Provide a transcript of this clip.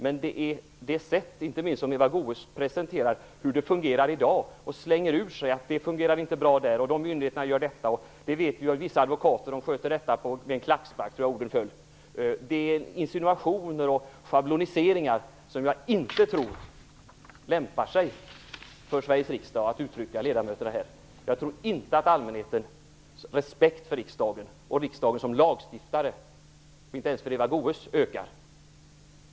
Men det är det sätt som inte minst Eva Goës presenterar hur det fungerar i dag och slänger ur sig att det inte fungerar bra, att vissa myndigheter gör på ett visst sätt och att vissa advokater sköter detta med en klackspark som jag reagerar mot. Det är exempel på insinuationer och schabloniseringar som jag inte tror lämpar sig för Sveriges riksdag. Jag tror inte att allmänhetens respekt för riksdagen som lagstiftare, eller ens för Eva Goës, ökar.